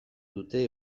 dute